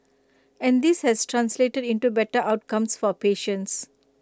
and this has translated into better outcomes for patients